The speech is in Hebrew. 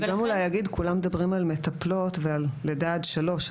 אני גם אגיד שכולם מדברים על מטפלות ועל לידה עד שלוש,